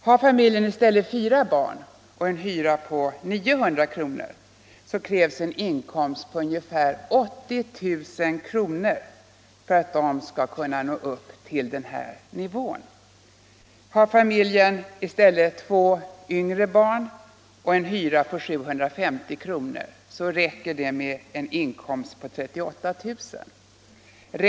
Har familjen i stället fyra barn och en hyra på 900 kr., krävs en inkomst av ungefär 80 000 kr. för att den skall nå upp till den här nivån. Har familjen i stället två yngre barn och en hyra på 750 kr., ”räcker det” med en inkomst på 38 000 kr.